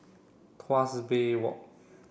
Tuas Bay Walk